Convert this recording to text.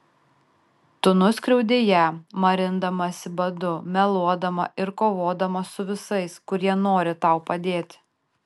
tu nuskriaudei ją marindamasi badu meluodama ir kovodama su visais kurie nori tau padėti